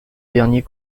dernier